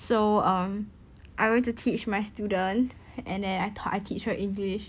so um I went to teach my student and then I taught I teach her english